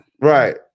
Right